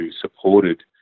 supported